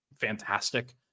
fantastic